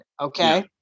okay